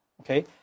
Okay